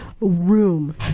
room